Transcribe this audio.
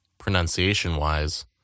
pronunciation-wise